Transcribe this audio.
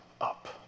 up